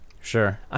Sure